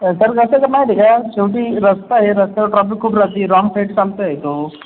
sir कसं आहे क माहिती आहे का शेवटी रस्ता आहे रस्त्यावर ट्रॅफिक खूप राहती राँग साईड चालतो आहे तो